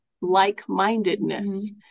like-mindedness